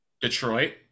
Detroit